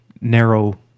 narrow